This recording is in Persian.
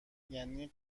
یعنی